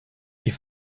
ihr